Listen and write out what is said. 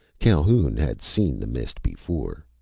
calhoun had seen the mist before.